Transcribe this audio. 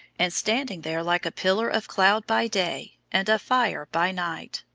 and standing there, like a pillar of cloud by day and of fire by night,